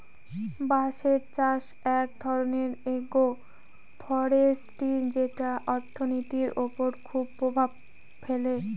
বাঁশের চাষ এক ধরনের এগ্রো ফরেষ্ট্রী যেটা অর্থনীতির ওপর খুব প্রভাব ফেলে